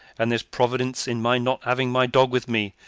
and there's providence in my not having my dog with me,